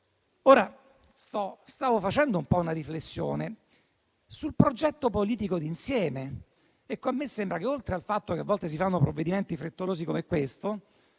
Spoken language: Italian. Stavo facendo una riflessione sul progetto politico di insieme. Mi sembra che, oltre al fatto che a volte si fanno provvedimenti frettolosi come questo,